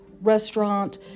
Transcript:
restaurant